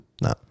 no